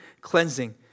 cleansing